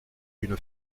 une